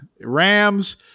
Rams